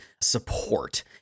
support